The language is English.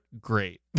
Great